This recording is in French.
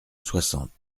soixante